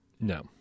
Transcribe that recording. No